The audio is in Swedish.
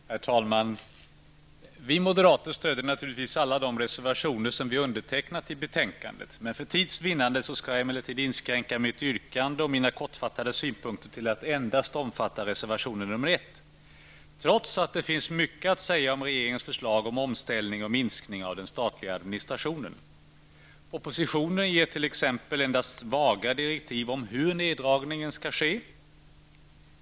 Herr talman! Vi moderater stödjer naturligtvis alla de reservationer till betänkandet som vi undertecknat. För tids vinnande skall jag inskränka mitt yrkande och mina synpunkter till att endast omfatta reservation 1, trots att det finns mycket att säga om regeringens förslag om omställning och minskning av den statliga administrationen. Propositionen ger t.ex. endast svaga direktiv om hur neddragningen skall ske.